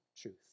truth